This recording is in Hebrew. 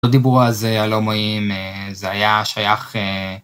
את הדיבור הזה על הומואים זה היה שייך